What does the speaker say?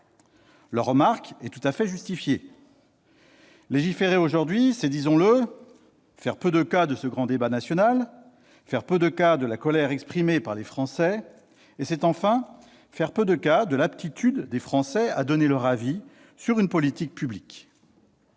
Leur remarque est tout à fait justifiée : légiférer aujourd'hui, c'est, disons-le, faire peu de cas de ce grand débat national, faire peu de cas de la colère exprimée par les Français et c'est, enfin, faire peu de cas de l'aptitude des Français à donner leur avis sur une politique publique.